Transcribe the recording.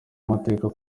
amateka